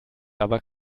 aber